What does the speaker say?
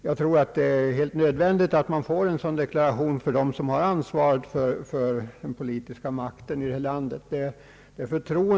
Jag tror det är nödvändigt med en sådan deklaration från dem som har den politiska makten i landet.